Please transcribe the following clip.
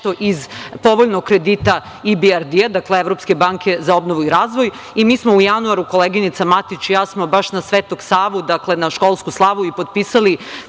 nešto iz povoljnog kredita IBRD – Evropske banke za obnovu i razvoj. Mi smo u januaru, koleginica Matić i ja, baš na Svetog Savu, dakle, na školsku slavu, potpisali